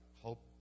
hope